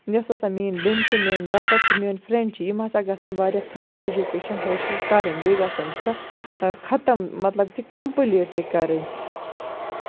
یۄس ہسا میٛٲنۍ بیٚنہِ چھِ میٛٲنۍ ڈاٹر چھِ میٛٲنۍ فرٛینٛڈ چھِ یِم ہسا گژھن واریاہ تھٔدۍ ایٚجُوکیشَن حٲصِل کَرٕنۍ بیٚیہِ گژھن سۄ خَتم مطلب کہِ کَمپٔلیٖٹ تہِ کَرٕنۍ